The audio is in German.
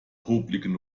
popeligen